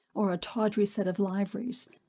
or a tawdry set of liveries.